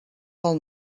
del